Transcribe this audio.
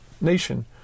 nation